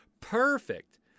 perfect